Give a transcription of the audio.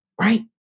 right